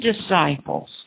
disciples